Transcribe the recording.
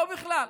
או בכלל,